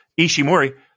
ishimori